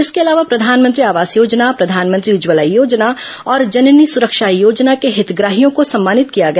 इसके अलावा प्रधानमंत्री आवास योजना प्रधानमंत्री उज्जवला योजना और जननी सुरक्षा योजना के हितग्राहियों को सम्मानित किया गया